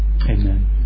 Amen